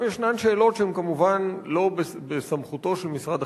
יש שאלות שכמובן הן לא בסמכותו של משרד